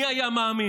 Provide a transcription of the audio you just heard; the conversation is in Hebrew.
מי היה מאמין?